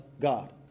God